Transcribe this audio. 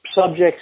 subject's